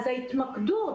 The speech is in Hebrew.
ההתמקדות,